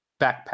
Backpack